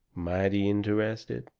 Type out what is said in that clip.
mighty interested.